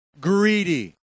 greedy